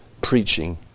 preaching